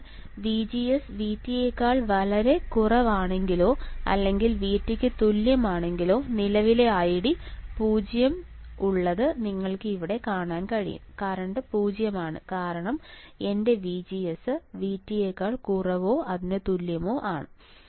അതിനാൽ VGS VT യെക്കാൾ വളരെ കുറവാണെങ്കിലോ അല്ലെങ്കിൽ VT ക്ക് തുല്യം ആണെങ്കിലോ നിലവിലെ ID0 ഉള്ളത് നിങ്ങൾക്ക് ഇവിടെ കാണാൻ കഴിയും കറന്റ് 0 ആണ് കാരണം എന്റെ VGSVT ആണ്